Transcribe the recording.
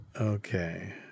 Okay